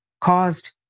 caused